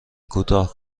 کوتاه